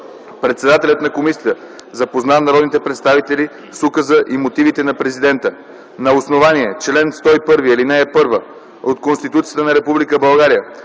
Председателят на комисията запозна народните представители с указа и мотивите на Президента. На основание чл. 101, ал. 1 от Конституцията на